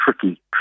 tricky